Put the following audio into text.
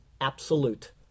absolute